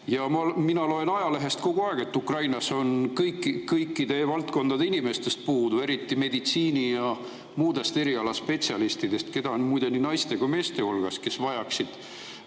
Mina loen ajalehest kogu aeg, et Ukrainas on kõikide valdkondade inimestest puudu, eriti meditsiini[töötajatest] ja muudest erialaspetsialistidest, keda on muide nii naiste kui ka meeste hulgas. Ukraina vajaks